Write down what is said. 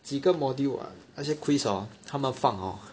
几个 module ah 那些 quiz hor 他们放 hor